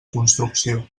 construcció